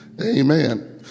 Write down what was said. Amen